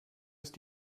ist